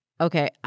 okay